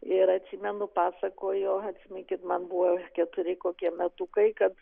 ir atsimenu pasakojo atsiminkit man buvo keturi kokie metukai kad